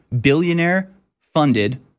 billionaire-funded